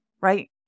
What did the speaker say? right